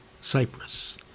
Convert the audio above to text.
Cyprus